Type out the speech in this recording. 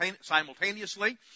simultaneously